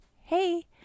hey